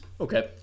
Okay